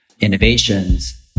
innovations